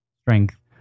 Strength